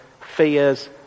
fears